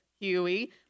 Huey